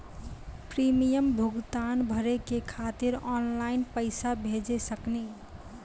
Premium भुगतान भरे के खातिर ऑनलाइन पैसा भेज सकनी?